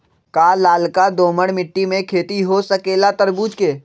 का लालका दोमर मिट्टी में खेती हो सकेला तरबूज के?